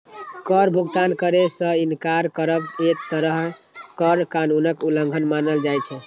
कर भुगतान करै सं इनकार करब एक तरहें कर कानूनक उल्लंघन मानल जाइ छै